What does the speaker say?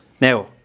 Now